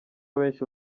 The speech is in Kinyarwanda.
abenshi